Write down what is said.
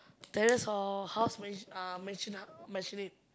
terrace or house mansio~ uh mansion~ uh masionette